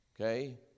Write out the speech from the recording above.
okay